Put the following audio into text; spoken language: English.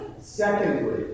Secondly